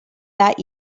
that